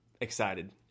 excited